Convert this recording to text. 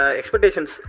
expectations